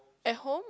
at home